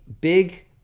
big